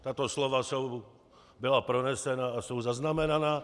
Tato slova byla pronesena a jsou zaznamenána.